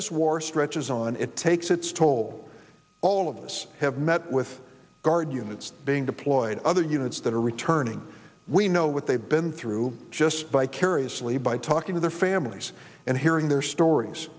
this war stretches on it takes its toll all of us have met with guard units being deployed other units that are rich turning we know what they've been through just by curiously by talking to their families and hearing their stories